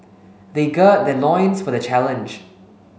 they gird their loins for the challenge